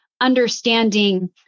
understanding